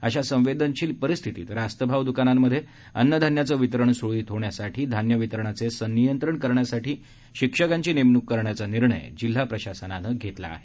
अशा संवेदनशील परिस्थितीत रास्तभाव दुकानांमध्ये अन्नधान्याचे वितरण सूरळीत होण्यासाठी धान्य वितरणाचे संनियंत्रण करण्यासाठी शिक्षकाची नेमणूक करण्याचा निर्णय जिल्हा प्रशासनाने घेतला आहे